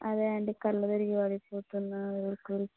అదే అండి కళ్ళు తిరిగి పడిపోతున్న ఊరికే